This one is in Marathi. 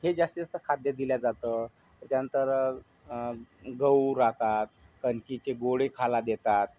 हे जास्तीत जास्त खाद्य दिलं जातं त्यानंतर गहू राहतात कणकीचे गोळे खायला देतात